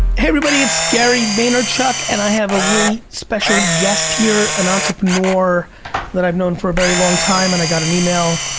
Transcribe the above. everybody. it's gary vaynerchuk, and i have a really special guest here. an entrepreneur that i've known for a very long time and i got an email.